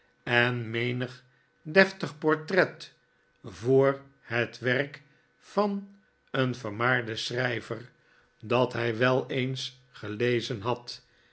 en menig deftig portret voor het werk van een vermaarden schrijver dat hij wel eens gelezen had